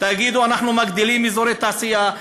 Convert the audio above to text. תגידו: אנחנו מגדילים אזורי תעשייה,